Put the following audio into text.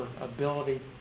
ability